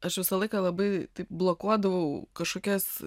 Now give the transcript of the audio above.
aš visą laiką labai taip blokuodavau kažkokias